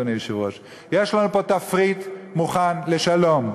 אדוני היושב-ראש: יש לנו פה תפריט מוכן לשלום,